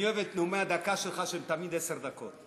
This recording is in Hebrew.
אני אוהב את נאומי הדקה שלך, שהם תמיד עשר דקות.